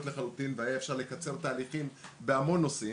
לחלוטין והיה אפשר לקצר תהליכים בהמון נושאים.